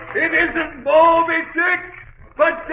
it is a balmy sick